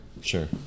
Sure